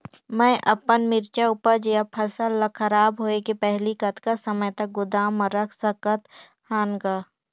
मैं अपन मिरचा ऊपज या फसल ला खराब होय के पहेली कतका समय तक गोदाम म रख सकथ हान ग?